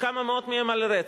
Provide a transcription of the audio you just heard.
כמה מאות מהם על רצח,